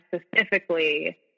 specifically